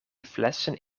flessen